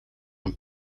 een